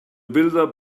builder